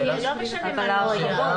לא משנה מה לא היה.